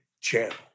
channel